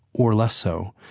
or less so,